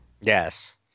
Yes